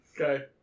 Okay